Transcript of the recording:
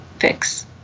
fix